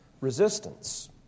resistance